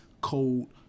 cold